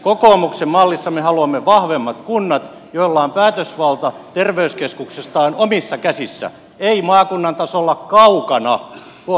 kokoomuksen mallissa me haluamme vahvemmat kunnat joilla on päätösvalta terveyskeskuksistaan omissa käsissä emme päätöksentekoa maakunnan tasolla kaukana huom